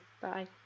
Bye